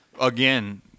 Again